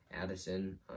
Addison